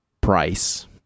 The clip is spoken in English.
price